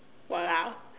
!walao!